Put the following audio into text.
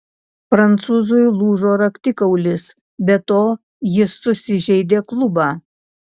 prancūzui lūžo raktikaulis be to jis susižeidė klubą